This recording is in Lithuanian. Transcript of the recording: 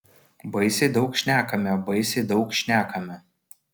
baisiai daug šnekame baisiai daug šnekame